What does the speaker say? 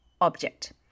object